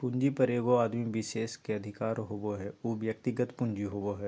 पूंजी पर एगो आदमी विशेष के अधिकार होबो हइ उ व्यक्तिगत पूंजी होबो हइ